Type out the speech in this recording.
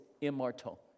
immortal